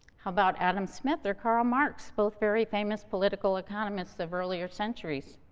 how about adam smith or karl marx, both very famous political economists of earlier centuries?